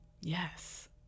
Yes